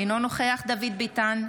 אינו נוכח דוד ביטן,